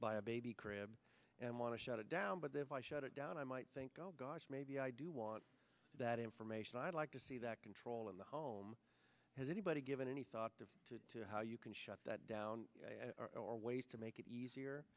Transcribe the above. buy a baby crib and want to shut it down but if i shut it down i might think oh gosh maybe i do want that information i'd like to see that control in the home has anybody given any thought to how you can shut that down or ways to make it easier